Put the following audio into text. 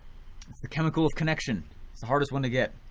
the chemical of connection. it's the hardest one to get.